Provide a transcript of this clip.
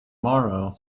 morrow